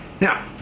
Now